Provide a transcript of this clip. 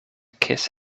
kiss